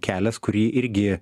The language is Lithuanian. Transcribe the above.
kelias kurį irgi